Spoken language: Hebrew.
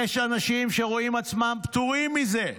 ויש אנשים שרואים עצמם פטורים מזה.